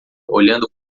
olhando